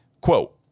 Quote